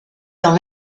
dans